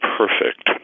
perfect